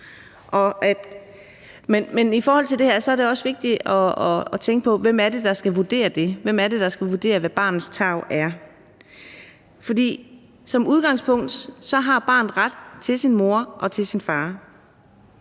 Men i forhold til det her er det også vigtigt at tænke på, hvem det er, der skal vurdere det; hvem er det, der skal vurdere, hvad barnets tarv er? For som udgangspunkt har barnet ret til sin mor og til sin far